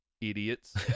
idiots